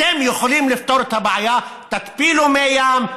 אתם יכולים לפתור את הבעיה: תתפילו מי ים,